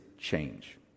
Change